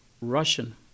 Russian